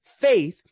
faith